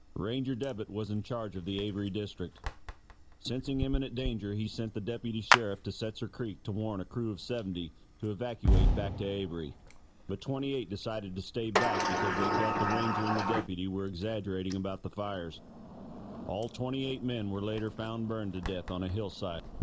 ranger debbitt was in charge of the avery district sensing imminent danger he sent the deputy sheriff to setzer creek to warn a crew of seventy to evacuate back to avery but twenty eight decided to stay back because they felt the ranger and the deputy we're exaggerating about the fires all twenty eight men were later found burned to death on a hillside.